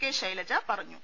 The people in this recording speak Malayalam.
കെ ശൈലജ പറഞ്ഞു